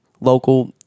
local